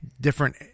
different